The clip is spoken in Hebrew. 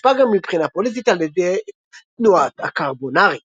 והושפע גם מבחינה פוליטית על ידי תנועת הקרבונארי.